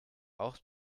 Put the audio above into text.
auch